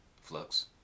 flux